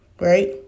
right